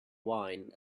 wine